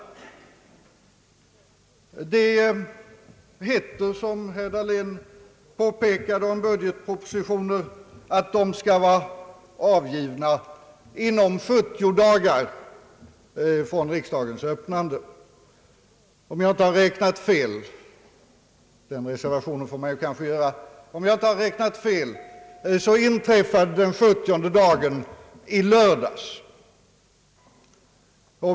Det heter, som herr Dahlén påpekade om budgetpropositioner, att de skall vara avgivna inom 70 dagar från riksdagens öppnande. Om jag inte räknat fel — den reservationen får jag kanske göra — så inträffade den 70:e dagen i lördags.